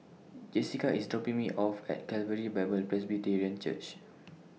Jessica IS dropping Me off At Calvary Bible Presbyterian Church